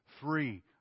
Three